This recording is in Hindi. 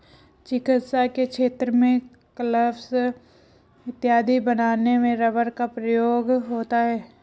चिकित्सा के क्षेत्र में ग्लब्स इत्यादि बनाने में रबर का प्रयोग होता है